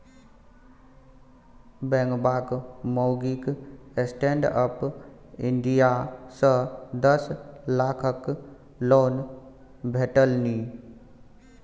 बेंगबाक माउगीक stand up India सँ दस लाखक लोन भेटलनि